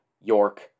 York